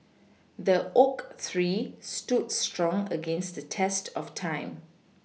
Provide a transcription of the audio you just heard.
the oak tree stood strong against the test of time